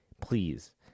please